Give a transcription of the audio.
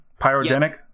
Pyrogenic